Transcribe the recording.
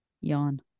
Yawn